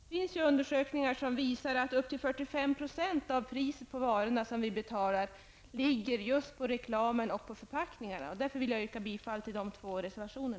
Det finns undersökningar som visar att upp till 45 % av det pris som vi betalar på varorna ligger på reklam och förpackningar. Därför vill jag yrka bifall till dessa två reservationer.